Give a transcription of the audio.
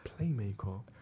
playmaker